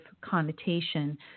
connotation